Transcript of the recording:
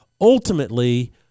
Ultimately